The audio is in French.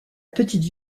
petite